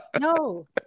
no